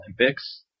Olympics